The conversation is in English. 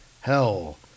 hell